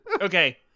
Okay